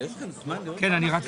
אני פותח